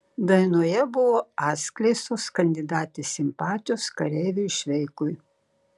dainoje buvo atskleistos kandidatės simpatijos kareiviui šveikui